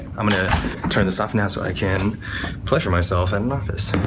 i'm gonna turn this off now so i can pleasure myself in an office.